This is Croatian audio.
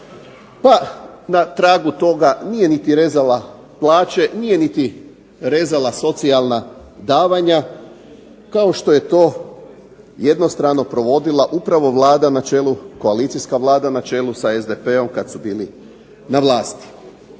pa na tragu toga nije niti rezala plaće, nije niti rezala socijalna davanja, kao što je to jednostrano provodila upravo Vlada na čelu, koalicijska Vlada na čelu sa SDP-om kad su bili na vlasti.